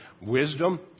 wisdom